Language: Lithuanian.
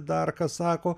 dar ką sako